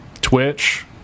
twitch